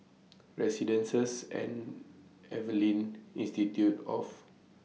Residences At Evelyn Institute of